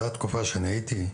זו הייתה תקופה שבה הייתי שם,